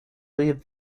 leave